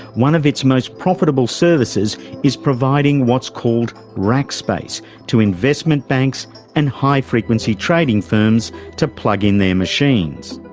one of its most profitable services is providing what's called rack space to investment banks and high-frequency trading firms to plug in their machines.